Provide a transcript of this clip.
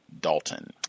Dalton